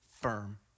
firm